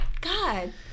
God